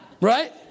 Right